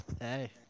Hey